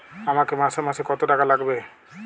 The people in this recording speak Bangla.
আমাকে মাসে মাসে কত টাকা লাগবে?